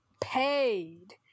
paid